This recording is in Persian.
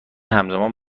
همزمان